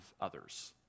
others